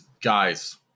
guys